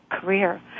career